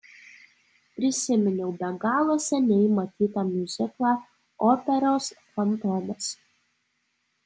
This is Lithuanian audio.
prisiminiau be galo seniai matytą miuziklą operos fantomas